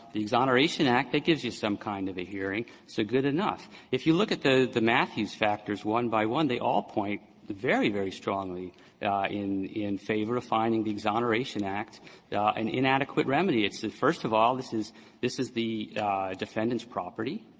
the exoneration act, that gives you some kind of a hearing, so good enough. if you look at the the mathews factors one by one, they all point very, very strongly in in favor of finding the exoneration act an inadequate remedy. it's first of all, this is this is the defendants' property,